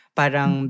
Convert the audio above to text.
parang